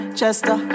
Chester